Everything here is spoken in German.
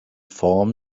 form